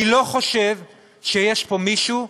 אני לא חושב שיש פה מישהו,